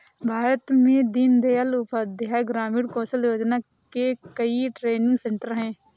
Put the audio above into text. भारत में दीन दयाल उपाध्याय ग्रामीण कौशल योजना के कई ट्रेनिंग सेन्टर है